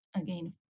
again